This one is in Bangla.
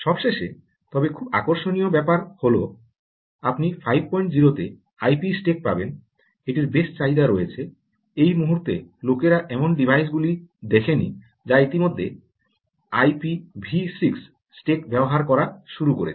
সর্বশেষে তবে খুব আকর্ষণীয় ব্যাপার হল আপনি 50 তে আইপি স্ট্যাক পাবেন এটির বেশ চাহিদা রয়েছে এই মুহূর্তে লোকেরা এমন ডিভাইস গুলি দেখেনি যা ইতিমধ্যে আইপি ভি 6 স্ট্যাক ব্যবহার করা শুরু করেছে